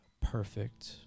perfect